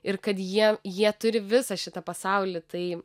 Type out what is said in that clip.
ir kad jie jie turi visą šitą pasaulį tai